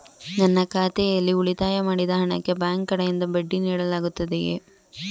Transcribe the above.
ನನ್ನ ಖಾತೆಯಲ್ಲಿ ಉಳಿತಾಯ ಮಾಡಿದ ಹಣಕ್ಕೆ ಬ್ಯಾಂಕ್ ಕಡೆಯಿಂದ ಬಡ್ಡಿ ನೀಡಲಾಗುತ್ತದೆಯೇ?